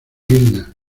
vilna